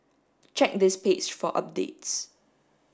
check this page for updates